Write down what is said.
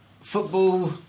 football